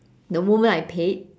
the moment I paid